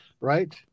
right